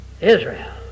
Israel